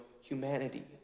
humanity